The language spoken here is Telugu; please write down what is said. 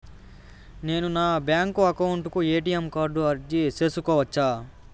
నేను నా బ్యాంకు అకౌంట్ కు ఎ.టి.ఎం కార్డు అర్జీ సేసుకోవచ్చా?